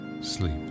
sleep